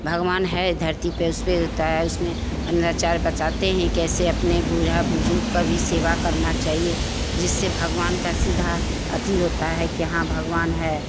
भगवान है धरती पर उसमें अनिरुद्धाचार्य बताते हैं कि कैसे अपने बूढ़ा बुज़ुर्ग का भी सेवा करना चाहिए जिससे भगवान का सीधा अथी होता है कि हाँ भगवान है